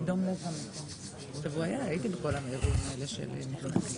נדמה לי שהגיע לוועדת הפנים,